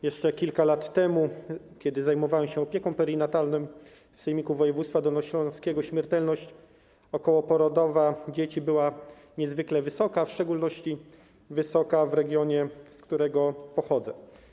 Jeszcze kilka lat temu, kiedy zajmowałem się opieką perinatalną w Sejmiku Województwa Dolnośląskiego, śmiertelność okołoporodowa dzieci była niezwykle wysoka, w szczególności wysoka w regionie, z którego pochodzę.